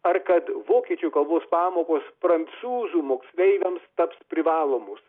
ar kad vokiečių kalbos pamokos prancūzų moksleiviams taps privalomos